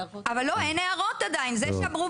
הם עוד לא הגישו הערות.